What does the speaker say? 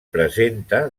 presenta